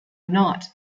not